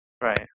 Right